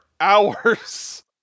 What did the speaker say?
hours